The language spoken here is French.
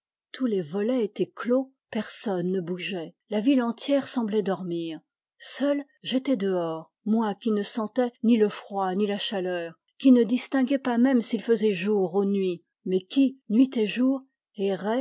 tous les volets étaient clos personne ne bougeait la ville entière semblait dormir seul j'étais dehors moi qui ne sentais ni le froid ni la chaleur qui ne distinguais pas même s'il faisait jour ou nuit mais qui nuit et jour